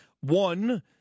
One